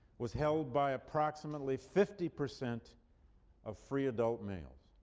was held by approximately fifty percent of free adult males.